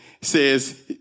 says